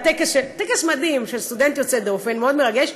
זה טקס מדהים לסטודנט יוצא דופן, מאוד מרגש.